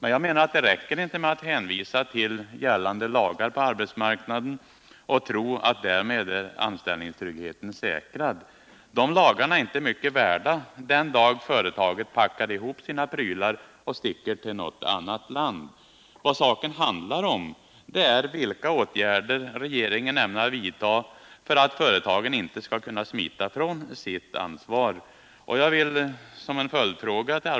Enligt min mening räcker det inte med att hänvisa till gällande lagar på arbetsmarknaden och tro att anställningstryggheten därmed är säkrad. De lagarna är inte mycket värda den dag företaget packar ihop sina prylar och sticker till något annat land. Vad saken handlar om är vilka åtgärder regeringen ämnar vidta för att företagen inte skall kunna smita ifrån sitt ansvar.